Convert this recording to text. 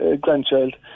grandchild